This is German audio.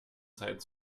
zeit